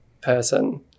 person